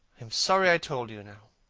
am sorry i told you now.